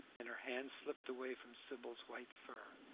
and her hand slipped away from sybil's white fur.